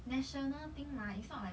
national thing mah it's not like